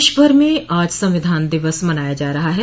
देशभर में आज संविधान दिवस मनाया जा रहा है